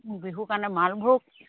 বিহুৰ কাৰণে মালভোগ